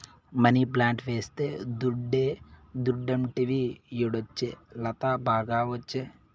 money plant వేస్తే దుడ్డే దుడ్డంటివి యాడొచ్చే లత, బాగా ఒచ్చే